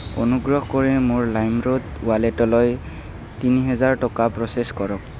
অনুগ্ৰহ কৰি মোৰ লাইমৰোড ৱালেটলৈ তিনি হাজাৰ টকা প্ৰচেছ কৰক